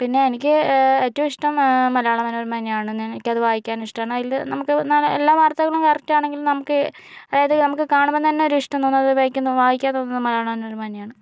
പിന്നെ എനിക്ക് ഏറ്റവും ഇഷ്ട്ടം മലയാള മനോരമ തന്നെയാണ് എനിക്കത് വായിക്കാൻ ഇഷ്ടമാണ് അതില് നമുക്ക് ഒന്നാമത് എല്ലാ വാർത്തകളും കറക്റ്റാണെങ്കില് നമുക്ക് അതായത് നമുക്ക് കാണുമ്പോൾ തന്നെ ഒരിഷ്ട്ടം തോന്നും അതായത് വായിക്കാൻ തോന്നും വായിക്കാൻ തോന്നുന്നത് മലയാള മനോരമ തന്നെയാണ്